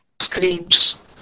screams